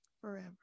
forever